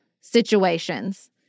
situations